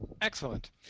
Excellent